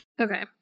Okay